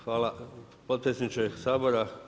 Hvala potpredsjedniče Sabora.